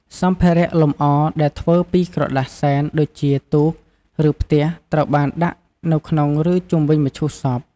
សម្ភារៈលំអរដែលធ្វើពីក្រដាសសែនដូចជា ទូក ឬ ផ្ទះ ត្រូវបានដាក់នៅក្នុង ឬ ជុំវិញមឈូសសព។